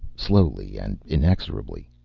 slowly and inexorably.